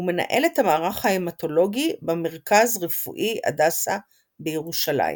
ומנהלת המערך ההמטולוגי במרכז רפואי הדסה בירושלים.